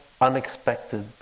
unexpected